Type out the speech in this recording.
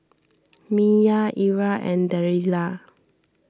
Myah Ira and Delilah